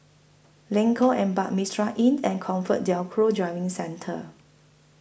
Lengkok Empat Mitraa Inn and ComfortDelGro Driving Centre